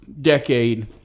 decade